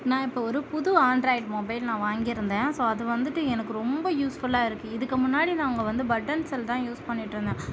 நான் இப்போ ஒரு புது ஆண்ட்ராய்ட் மொபைல் நான் வாங்கியிருந்தேன் ஸோ அது வந்துட்டு எனக்கு ரொம்ப யூஸ் ஃபுல்லாயிருக்கு இதுக்கு முன்னாடி நாங்கள் வந்து பட்டன் செல் தான் யூஸ் பண்ணிகிட்டு இருந்தேன்